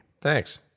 Thanks